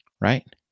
Right